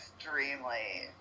extremely-